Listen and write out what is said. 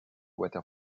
water